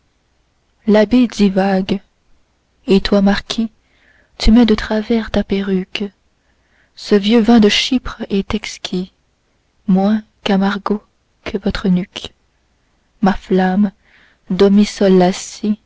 l'abbé divague et toi marquis tu mets de travers ta perruque ce vieux vin de chypre est exquis moins camargo que votre nuque ma flamme do mi sol